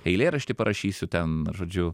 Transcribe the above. eilėraštį parašysiu ten žodžiu